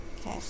okay